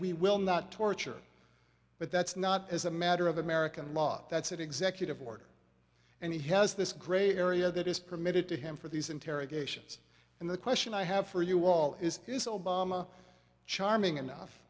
we will not torture but that's not as a matter of american law that's an executive order and he has this gray area that is permitted to him for these interrogations and the question i have for you all is is obama charming enough